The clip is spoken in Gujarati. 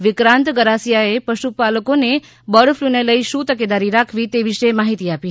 વિક્રાંત ગરાસીયાએ પશુપાલકોને બર્ડફલૂને લઇ શુ તકેદારી રાખવી તે વિશે માહિતી આપી